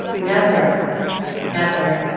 never ever.